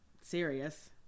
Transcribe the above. serious